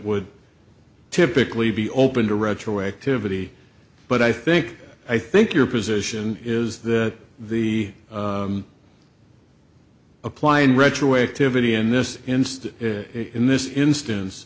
would typically be open to retroactivity but i think i think your position is that the applying retroactivity in this instance in this instance